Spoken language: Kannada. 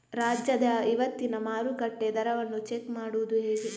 ರಾಜ್ಯದ ಇವತ್ತಿನ ಮಾರುಕಟ್ಟೆ ದರವನ್ನ ಚೆಕ್ ಮಾಡುವುದು ಹೇಗೆ?